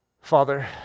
Father